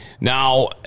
Now